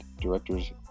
director's